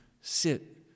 sit